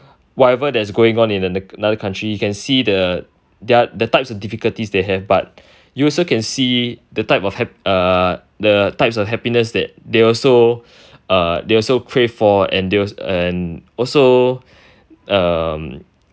whatever that's going on in another country you can see the their the types of difficulties they have but you also can see the type of hap~ uh the types of happiness that they also uh they also pray for and they al~ uh and also um